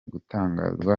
gutangazwa